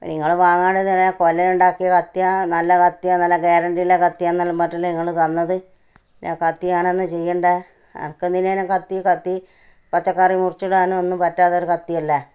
നിങ്ങൾ വാങ്ങാണ്ടെ എങ്ങനെ കൊല്ലനുണ്ടാക്കിയ കത്തിയാണ് നല്ല കത്തിയാണ് നല്ല ഗ്യാരൻറ്റി ഉള്ള കത്തിയാണെന്നെല്ലാം പറഞ്ഞിട്ടല്ലേ ഇങ്ങൾ തന്നത് ഞാൻ കത്തി ഞാനെന്താണ് ചെയ്യേണ്ടത് അനക്കെന്തിനാണ് കത്തി കത്തി പച്ചക്കറി മുറിച്ചിടാനൊന്നും പറ്റാത്തൊരു കത്തി അല്ലേ